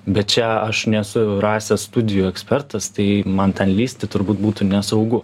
bet čia aš nesu rasės studijų ekspertas tai man ten lįsti turbūt būtų nesaugu